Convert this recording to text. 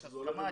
מה זה לא צבוע?